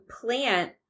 plant